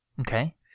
okay